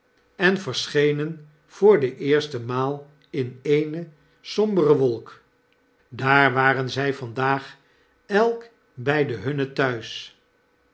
en verschenen voor de eerste maal in eene sombere wolk daar waren zg vandaag elk by de hunnen thuis